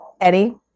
Eddie